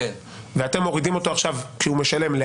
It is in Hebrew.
ואתם מורידים אותו עכשיו, כשהוא משלם,